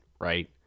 right